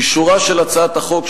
אישורה של הצעת החוק,